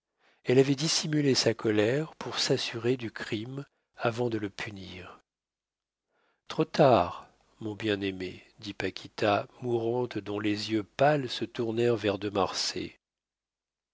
elle avait dissimulé sa colère pour s'assurer du crime avant de le punir trop tard mon bien-aimé dit paquita mourante dont les yeux pâles se tournèrent vers de marsay